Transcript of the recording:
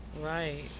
Right